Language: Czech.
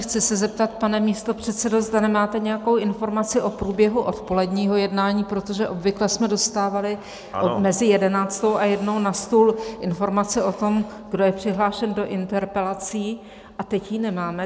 Chci se zeptat, pane místopředsedo, zda nemáte nějakou informaci o průběhu odpoledního jednání, protože obvykle jsme dostávali mezi jedenáctou a jednou na stůl informace o tom, kdo je přihlášen do interpelací, a teď ji nemáme.